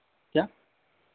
क्या